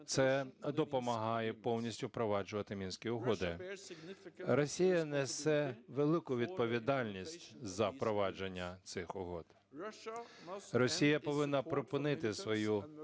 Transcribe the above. це допомагає повністю впроваджувати Мінські угоди. Росія несе велику відповідальність за впровадження цих угод. Росія повинна припинити свою